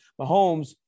Mahomes